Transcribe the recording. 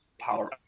power